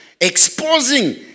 Exposing